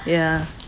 ya